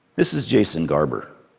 this is jason garber.